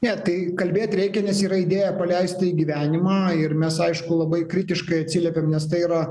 ne tai kalbėt reikia nes yra idėja paleisti į gyvenimą ir mes aišku labai kritiškai atsiliepiam nes tai yra